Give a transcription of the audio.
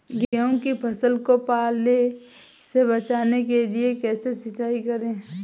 गेहूँ की फसल को पाले से बचाने के लिए कैसे सिंचाई करें?